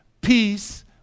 peace